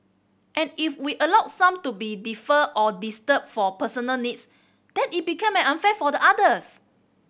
and if we allow some to be deferred or disrupted for personal needs then it become unfair for the others